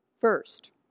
first